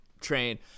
train